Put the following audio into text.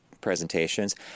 presentations